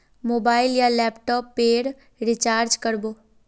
Mobile या laptop पेर recharge कर बो?